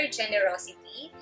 generosity